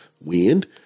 wind